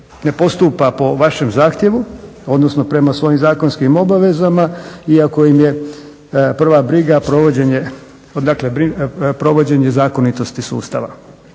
ne postupa po vašem zahtjevu, odnosno prema svojim zakonskim obavezama iako im je prva briga provođenje zakonitosti sustava?